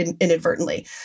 inadvertently